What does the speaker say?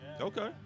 Okay